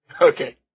Okay